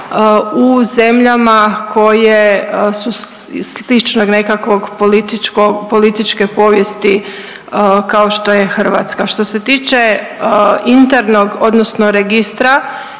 u zemljama koje su sličnog nekakvog političke povijesti kao što je Hrvatska. Što se tiče internog, odnosno registra